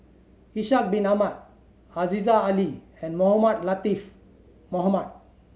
Ishak Bin Ahmad Aziza Ali and Mohamed Latiff Mohamed